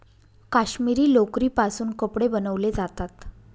काश्मिरी लोकरीपासून कपडे बनवले जातात